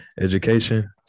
education